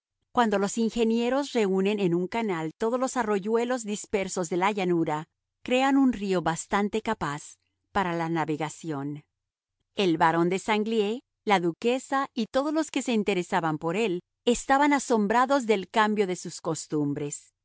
cuando los ingenieros reúnen en un canal todos los arroyuelos dispersos de la llanura crean un río bastante capaz para la navegación el barón de sanglié la duquesa y todos los que se interesaban por él estaban asombrados del cambio de sus costumbres